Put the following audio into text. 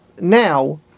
now